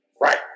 Right